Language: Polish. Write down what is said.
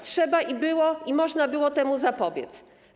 Trzeba było i można było temu zapobiec.